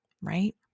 right